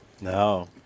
no